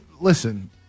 listen